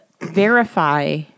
verify